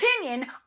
opinion